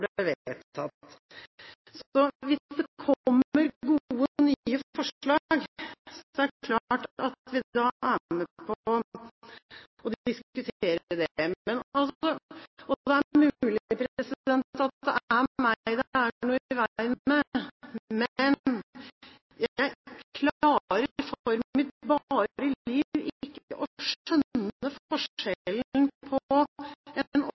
er det klart at vi da er med på å diskutere det. Det er mulig at det er meg det er noe i veien med, men jeg klarer ikke for mitt bare liv å skjønne forskjellen på en 48-timersprosedyre og en